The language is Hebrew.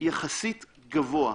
יחסית גבוה.